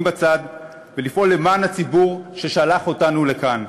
בצד ולפעול למען הציבור ששלח אותנו לכאן,